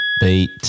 beat